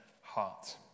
heart